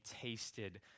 tasted